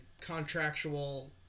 contractual